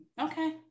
Okay